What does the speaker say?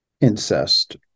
incest